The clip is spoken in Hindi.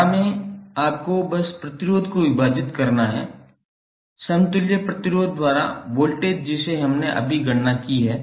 धारा में आपको बस प्रतिरोध को विभाजित करना है समतुल्य प्रतिरोध द्वारा वोल्टेज जिसे हमने अभी गणना की है